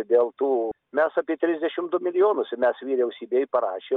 dėl tų mes apie trisdešimt du milijonus mes vyriausybei parašėm